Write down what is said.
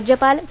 राज्यपाल चे